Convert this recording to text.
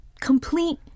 complete